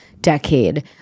decade